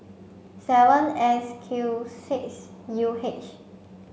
seven S Q six U H